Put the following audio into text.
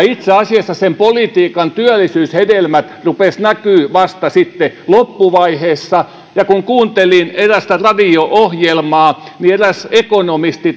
itse asiassa sen politiikan työllisyyshedelmät rupesivat näkymään vasta sitten loppuvaiheessa kuuntelin erästä radio ohjelmaa jossa eräs ekonomisti